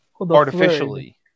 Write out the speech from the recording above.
artificially